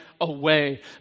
away